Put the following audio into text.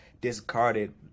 discarded